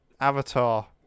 Avatar